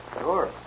Sure